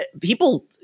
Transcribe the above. people